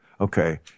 Okay